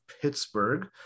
Pittsburgh